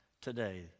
today